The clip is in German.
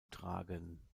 tragen